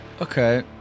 Okay